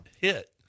hit